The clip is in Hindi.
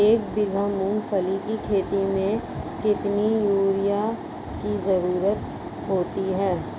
एक बीघा मूंगफली की खेती में कितनी यूरिया की ज़रुरत होती है?